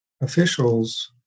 officials